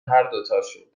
هردوتاشون